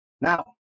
Now